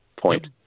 point